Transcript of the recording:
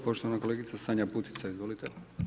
Poštovana kolegica Sanja Putica, izvolite.